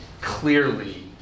clearly